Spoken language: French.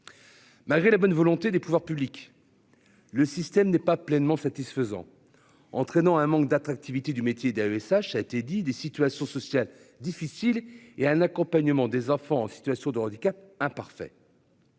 Malgré la bonne volonté des pouvoirs publics. Le système n'est pas pleinement satisfaisant. Entraînant un manque d'attractivité du métier d'AESH a été dit, des situations sociales difficiles et un accompagnement des enfants en situation de handicap imparfait.